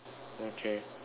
okay